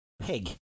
Pig